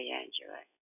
Angela